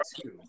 two